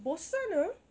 bosan ah